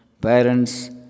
parents